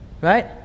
right